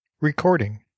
Recording